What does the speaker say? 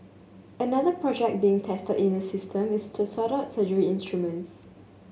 another project being tested is a system to sort out surgery instruments